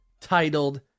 titled